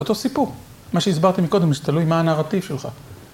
אותו סיפור, מה שהסברתי מקודם, שזה תלוי מה הנרטיב שלך.